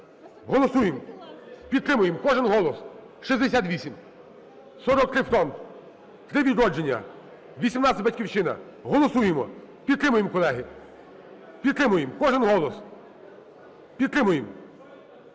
голосуємо, підтримуємо, кожен голос, 68, 43 – фронт, 3 – "Відродження", 18 – "Батьківщина". Голосуємо, підтримуємо, колеги, підтримуємо, кожен голос, підтримуємо,